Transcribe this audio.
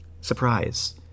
surprise